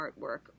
artwork